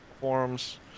forums